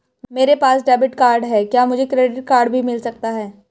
मेरे पास debit card है क्या मुझे क्रेडिट कार्ड भी मिल सकता है?